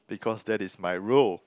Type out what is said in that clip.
because that is my role